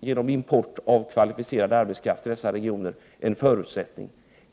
genom import till dessa regioner en förutsättning.